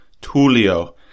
Tullio